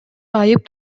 айып